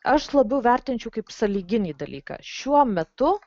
aš labiau vertinčiau kaip sąlyginį dalyką šiuo metu